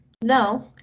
no